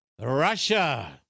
Russia